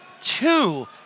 two